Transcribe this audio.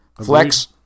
Flex